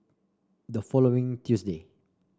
the following Tuesday